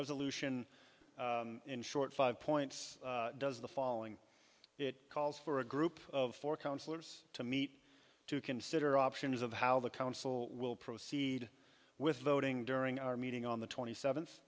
resolution in short five points does the following it calls for a group of four councillors to meet to consider options of how the council will proceed with voting during our meeting on the twenty seventh